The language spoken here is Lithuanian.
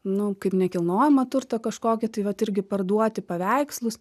nu kaip nekilnojamą turtą kažkokį tai vat irgi parduoti paveikslus